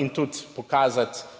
in tudi pokazati,